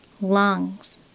lungs